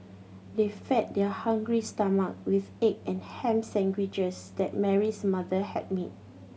they fed their hungry stomach with egg and ham sandwiches that Mary's mother had made